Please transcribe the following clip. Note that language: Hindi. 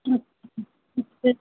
अच्छा फिर